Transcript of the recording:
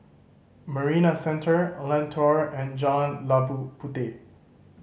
Marina Centre Lentor and Jalan Labu Puteh